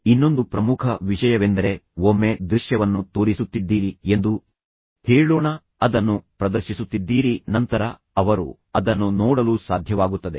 ಇನ್ನೊಂದು ಪ್ರಮುಖ ವಿಷಯವೆಂದರೆ ಒಮ್ಮೆ ದೃಶ್ಯವನ್ನು ತೋರಿಸುತ್ತಿದ್ದೀರಿ ಎಂದು ಹೇಳೋಣ ಅದನ್ನು ಪ್ರದರ್ಶಿಸುತ್ತಿದ್ದೀರಿ ಅಥವಾ ನೀವು ಅದನ್ನು ಒಎಚ್ಪಿ ಮೇಲೆ ಹಾಕುತ್ತಿದ್ದೀರಿ ಮತ್ತು ನಂತರ ಅವರು ಅದನ್ನು ನೋಡಲು ಸಾಧ್ಯವಾಗುತ್ತದೆ